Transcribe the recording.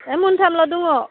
ओइ माथामल' दङ